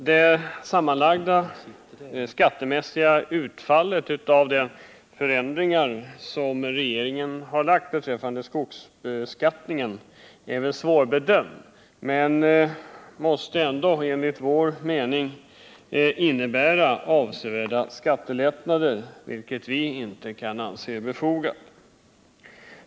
Herr talman! Det sammanlagda skattemässiga utfallet av de förändringar som regeringen har föreslagit beträffande skogsbeskattningen är väl svårbedömt, men förslaget måste ändå enligt vår mening innebära avsevärda skattelättnader, vilket vi inte kan anse befogat.